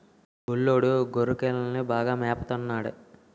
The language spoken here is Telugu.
గొల్లోడు గొర్రెకిలని బాగా మేపత న్నాడు